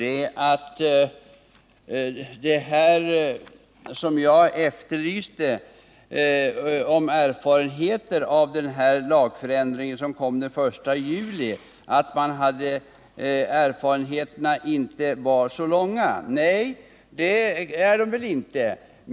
Med anledning av att jag efterlyste erfarenheterna av den lagstiftning som trädde i kraft den 1 juli förra året sade statsrådet Friggebo att man ännu inte hunnit få så stora erfarenheter. Det är väl riktigt.